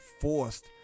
forced